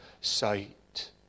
sight